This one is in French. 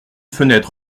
fenêtre